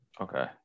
okay